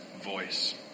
voice